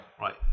Right